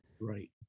Right